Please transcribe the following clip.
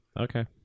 Okay